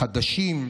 חדשים.